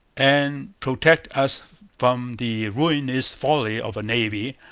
and protect us from the ruinous folly of a navy,